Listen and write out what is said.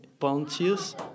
volunteers